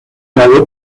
lado